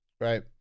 Right